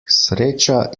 sreča